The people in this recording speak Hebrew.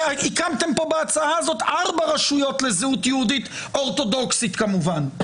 הקמתם פה בהצעה הזאת ארבע רשויות לזהות יהודית-אורתודוקסית כמובן.